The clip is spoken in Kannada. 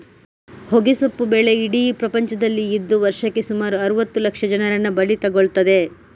ಹೊಗೆಸೊಪ್ಪು ಬೆಳೆ ಇಡೀ ಪ್ರಪಂಚದಲ್ಲಿ ಇದ್ದು ವರ್ಷಕ್ಕೆ ಸುಮಾರು ಅರುವತ್ತು ಲಕ್ಷ ಜನರನ್ನ ಬಲಿ ತಗೊಳ್ತದೆ